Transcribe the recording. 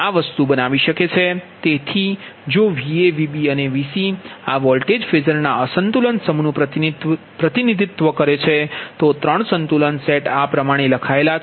તેથી જો Va Vb અને Vc આ વોલ્ટેજ ફેઝર ના અસંતુલન સમૂહનું પ્રતિનિધિત્વ કરે છે તો ત્રણ સંતુલન સેટ આ પ્રમાણે લખાયેલા છે